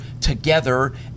together